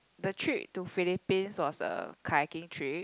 the trip to Philippines was a kayaking trip